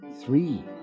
Three